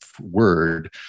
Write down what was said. word